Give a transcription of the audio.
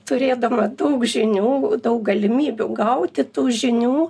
turėdama daug žinių daug galimybių gauti tų žinių